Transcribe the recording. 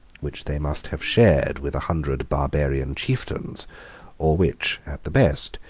which they must have shared with a hundred barbarian chieftains or which, at the best,